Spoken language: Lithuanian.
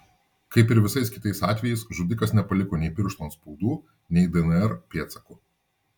kaip ir visais kitais atvejais žudikas nepaliko nei pirštų atspaudų nei dnr pėdsakų